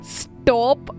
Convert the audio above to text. stop